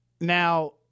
Now